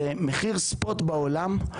זה מחיר ספוט בעולם.